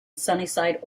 sunnyside